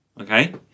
Okay